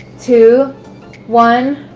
two one,